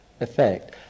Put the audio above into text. effect